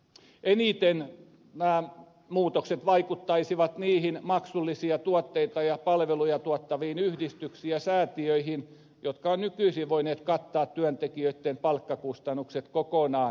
eniten nämä muutokset vaikuttaisivat niihin maksullisia tuotteita ja palveluja tuottaviin yhdistyksiin ja säätiöihin jotka ovat nykyisin voineet kattaa työntekijöitten palkkakustannukset kokonaan palkkatuella